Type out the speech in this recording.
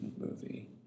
movie